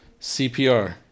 CPR